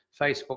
Facebook